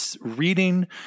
reading